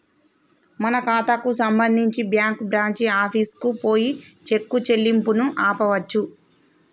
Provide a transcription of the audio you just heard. మన ఖాతాకు సంబంధించి బ్యాంకు బ్రాంచి ఆఫీసుకు పోయి చెక్ చెల్లింపును ఆపవచ్చు